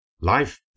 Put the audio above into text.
Life